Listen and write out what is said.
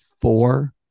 four